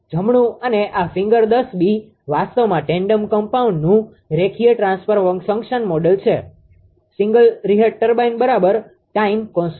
જમણું અને આ ફિગર 10 બી વાસ્તવમાં ટેtન્ડમ કમ્પાઉન્ડનું રેખીય ટ્રાન્સફર ફંક્શન મોડેલ બતાવે છે સિંગલ રીહટ ટર્બાઇન બરાબર ટાઇમ કોન્સટન્ટ